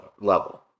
level